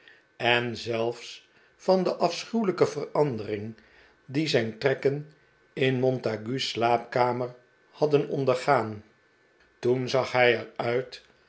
en zelfs van de afschuwelijke verandering die zijn trekken in montague's slaapkamer hadden ondergaan toen zag hij er uit